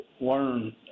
learn